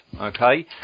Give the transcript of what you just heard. okay